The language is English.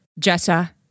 Jessa